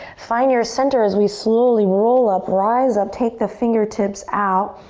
find your center as we slowly roll up. rise up, take the fingertips out.